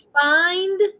find